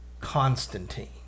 Constantine